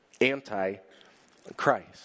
anti-Christ